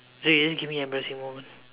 so you just give me embarrassing moment